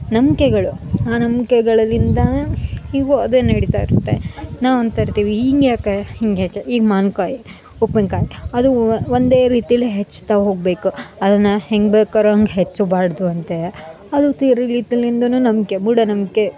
ನಂಬಿಕೆಗಳು ಆ ನಂಬ್ಕೆಗಳಿಂದ ಈಗ್ಲೂ ಅದೇ ನಡಿತಾ ಇರುತ್ತೆ ನಾವು ಅಂತ ಇರ್ತೀವಿ ಹಿಂಗೆ ಯಾಕೆ ಹಿಂಗೆ ಯಾಕೆ ಈಗ ಮಾವಿನಕಾಯಿ ಉಪ್ಪಿನಕಾಯಿ ಅದು ಒಂದೇ ರೀತಿಲಿ ಹೆಚ್ತಾ ಹೋಗಬೇಕು ಅದನ್ನು ಹೆಂಗೆ ಬೇಕಾರೆ ಹಂಗೆ ಹೆಚ್ಚಬಾರ್ದು ಅಂತೆ ಅದು ರೀತಿಯಿಂದನೂ ನಂಬಿಕೆ ಮೂಢನಂಬಿಕೆ